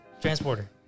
Transporter